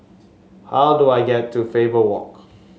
how do I get to Faber Walk